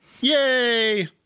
Yay